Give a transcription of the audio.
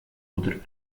oder